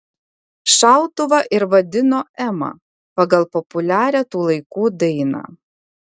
šautuvą ir vadino ema pagal populiarią tų laikų dainą